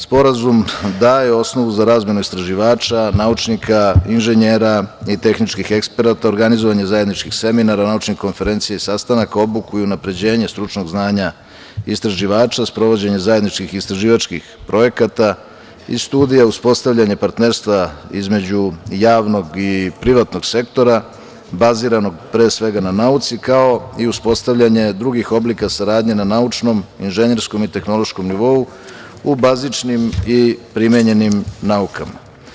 Sporazum daje osnovu za razmenu istraživača, naučnika, inženjera tehničkih eksperata, organizovanje zajedničkih seminara, naučnih konferencija i sastanaka, obuku i unapređenje stručnog znanja istraživača, sprovođenje zajedničkih istraživačkih projekata i studija, uspostavljanje partnerstva između javnog i privatnog sektora baziranog pre svega na nauci, kao i uspostavljanje drugih oblika saradnje na naučnom, inženjerskom i tehnološkom nivou u bazičnim i primenjenim naukama.